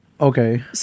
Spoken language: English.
Okay